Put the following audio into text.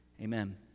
Amen